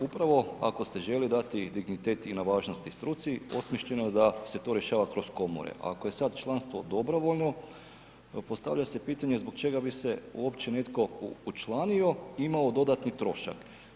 Upravo ako ste želi dati dignitet i na važnosti struci osmišljeno je da se to rješava kroz komore, ako je sada članstvo dobrovoljno postavlja se pitanje zbog čega bi se uopće netko učlanio i imao dodatni trošak.